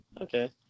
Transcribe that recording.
okay